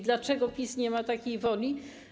Dlaczego PiS nie ma takiej woli?